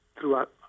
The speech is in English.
throughout